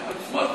אוי, נו,